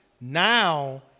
now